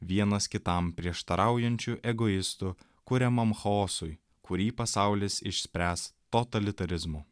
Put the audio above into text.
vienas kitam prieštaraujančiu egoistu kuriamam chaosui kurį pasaulis išspręs totalitarizmu